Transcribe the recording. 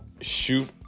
shoot